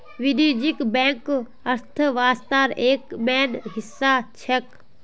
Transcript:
वाणिज्यिक बैंक अर्थव्यवस्थार एक मेन हिस्सा छेक